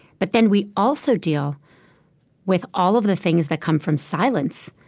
but then we also deal with all of the things that come from silence,